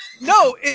No